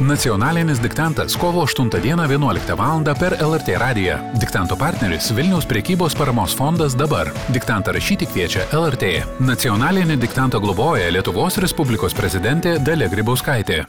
nacionalinis diktantas kovo aštuntą dieną vienuoliktą valandą per lrt radiją diktanto partneris vilniaus prekybos paramos fondas dabar diktantą rašyti kviečia lrt nacionalinį diktantą globoja lietuvos respublikos prezidentė dalia grybauskaitė